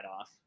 off